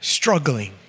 struggling